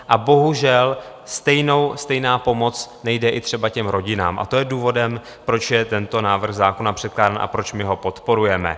A bohužel, stejná pomoc nejde třeba i rodinám, a to je důvodem, proč je tento návrh zákona předkládán a proč ho podporujeme.